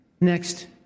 Next